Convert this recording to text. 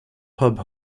pub